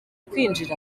kwinjira